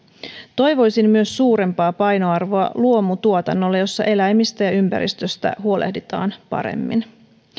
toivoisin myös suurempaa painoarvoa luomutuotannolle jossa eläimistä ja ympäristöstä huolehditaan paremmin